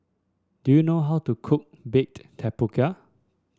do you know how to cook Baked Tapioca